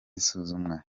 isuzumwa